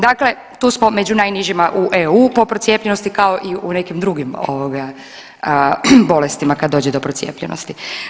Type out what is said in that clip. Dakle, tu smo među najnižima u EU po procijepljenosti kao i u nekim drugim ovoga bolestima kada dođe do procijepljenosti.